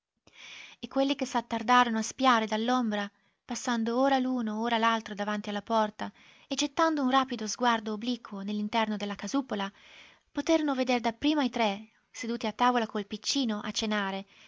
e quelli che s'attardarono a spiare dall'ombra passando ora l'uno ora l'altro davanti alla porta e gettando un rapido sguardo obliquo nell'interno della casupola poterono veder dapprima i tre seduti a tavola col piccino a cenare